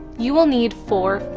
you will need four